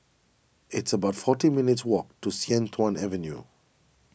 it's about forty minutes' walk to Sian Tuan Avenue